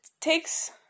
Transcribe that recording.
takes